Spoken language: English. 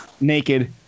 Naked